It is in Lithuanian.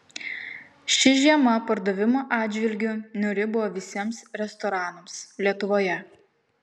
ši žiema pardavimų atžvilgiu niūri buvo visiems restoranams lietuvoje